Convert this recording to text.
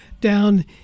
down